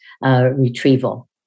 retrieval